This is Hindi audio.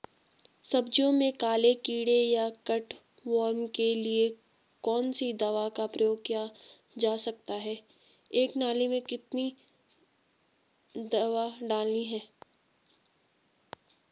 सब्जियों में काले कीड़े या कट वार्म के लिए कौन सी दवा का प्रयोग किया जा सकता है एक नाली में कितनी दवा डालनी है?